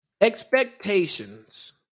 expectations